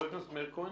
מאיר כהן,